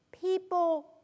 people